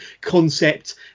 concept